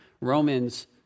Romans